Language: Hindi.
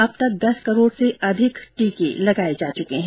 अब तक दस करोड़ से अधिक टीके लगाए जा चुके हैं